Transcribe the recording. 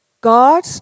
God